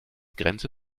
grenze